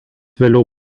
vėliau